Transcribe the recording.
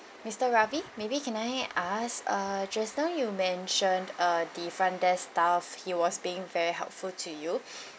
mister Ravi maybe can I ask uh just now you mentioned uh the front desk staff he was being very helpful to you